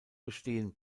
bestehen